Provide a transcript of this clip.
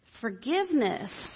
forgiveness